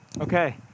Okay